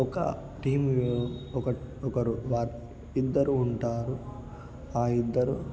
ఒక టీం ఒకరు వా ఇద్దరు ఉంటారు ఆ ఇద్దరు